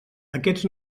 aquests